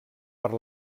per